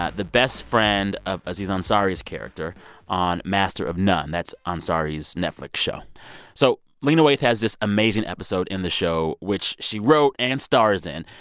ah the best friend of aziz ansari's character on master of none. that's ansari's netflix show so lena waithe has this amazing episode in the show, which she wrote and stars in.